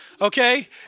Okay